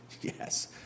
yes